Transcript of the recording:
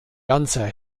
ganzer